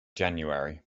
january